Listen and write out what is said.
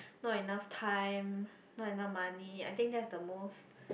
not enough time not enough money I think that's the most